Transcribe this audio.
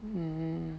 mm